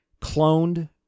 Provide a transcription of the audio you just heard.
cloned